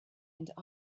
and